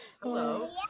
Hello